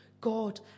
God